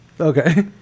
Okay